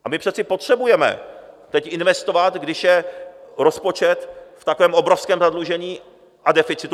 A my přece teď potřebujeme investovat, když je rozpočet v takovém obrovském zadlužení a deficitu.